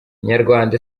inyarwanda